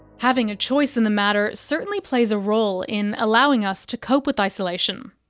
having a choice in the matter certainly plays a role in allowing us to cope with isolation,